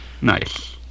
Nice